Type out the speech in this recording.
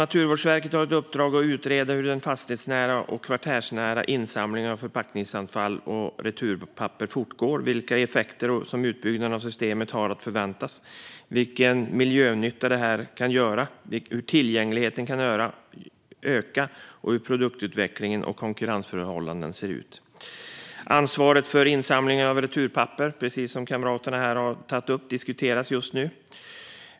Naturvårdsverket har i uppdrag att utreda hur den fastighetsnära och kvartersnära insamlingen av förpackningsavfall och returpapper fortgår och vilka effekter utbyggnaden av systemet förväntas ha när det gäller miljönytta och ökad tillgänglighet samt hur produktutveckling och konkurrensförhållanden ser ut. Ansvaret för insamling av returpapper, som kamraterna har tagit upp här, diskuteras just nu.